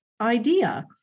idea